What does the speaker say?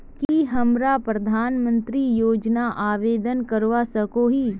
की हमरा प्रधानमंत्री योजना आवेदन करवा सकोही?